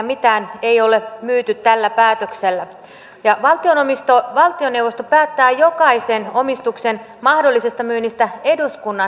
mitään ei ole myyty tällä päätöksellä ja valtioneuvosto päättää jokaisen omistuksen mahdollisesta myynnistä eduskunnan hyväksymissä rajoissa